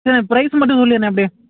சரி ப்ரைஸ் மட்டும் சொல்லியிருண்ணே அப்படியே